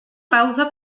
pausa